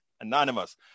Anonymous